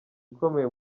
ukomeye